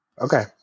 okay